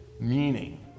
meaning